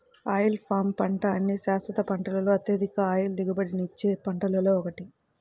oil palm పంట అన్ని శాశ్వత పంటలలో అత్యధిక ఆయిల్ దిగుబడినిచ్చే పంటలలో ఒకటి